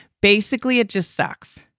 basically, it just sucks.